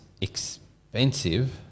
expensive